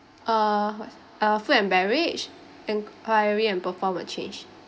uh what uh food and beverage enquiry and perform a change